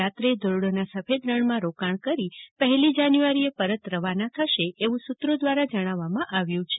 રાત્રે ધોરડોના સફેદ રણમાં રાત્રિરોકાણ કરી પહેલી જાન્યુઆરીએ પરત જવા રવાના થશે તેવું સુત્રો દ્વારા જણાવવામાં આવ્યું છે